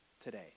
today